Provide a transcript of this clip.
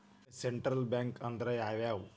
Central bank ಅಂದ್ರ ಯಾವ್ಯಾವು?